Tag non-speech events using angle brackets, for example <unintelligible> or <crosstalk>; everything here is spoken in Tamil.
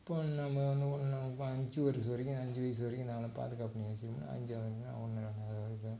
இப்போ நாம் வந்து ஒன்றா இப்போ அஞ்சு வருஷம் வரைக்கும் அஞ்சு வயது வரைக்கும் நல்லா பாதுகாப்பு பண்ணி வச்சிருந்தோம்னா அஞ்சாவதுலேருந்து <unintelligible>